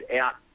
out